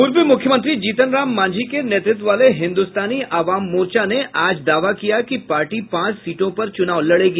पूर्व मुख्यमंत्री जीतन राम मांझी के नेतृत्व वाले हिन्दुस्तानी आवाम मोर्चा ने आज दावा किया कि पार्टी पांच सीटों पर चुनाव लड़ेगी